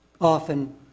often